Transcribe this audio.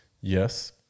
Yes